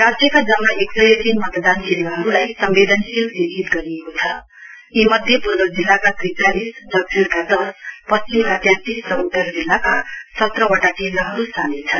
राज्यका जम्मा एक सय तीन मतदान केन्द्रहरूलाई संवेदनशील चिन्हित गरिएको छ यी मध्ये पूर्व जिल्लाका त्रिचालिस दक्षिणका दश पश्चिमका तेत्तिस र उत्तर जिल्ला सत्रवटा केन्द्रहरू सामेल छन्